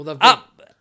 Up